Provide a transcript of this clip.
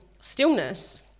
stillness